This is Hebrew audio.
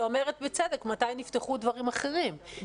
היא אומרת בצדק: מתי נפתחו דברים אחרים?